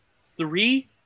three